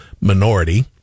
minority